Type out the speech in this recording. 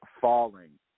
falling